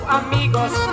amigos